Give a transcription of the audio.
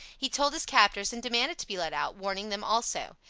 he told his captors and demanded to be let out, warning them also.